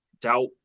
doubt